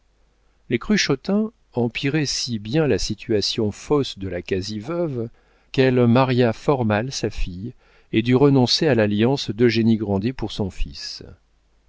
les cruchotins empiraient si bien la situation fausse de la quasi veuve qu'elle maria fort mal sa fille et dut renoncer à l'alliance d'eugénie grandet pour son fils